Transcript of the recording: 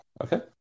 Okay